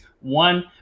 one